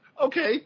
Okay